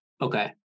Okay